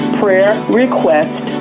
prayerrequest